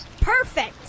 Perfect